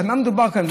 על מה מדובר כאן?